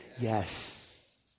yes